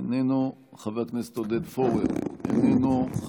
איננו, חבר הכנסת עודד פורר, איננו.